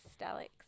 Alex